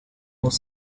los